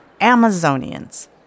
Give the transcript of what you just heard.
Amazonians